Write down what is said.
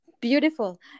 Beautiful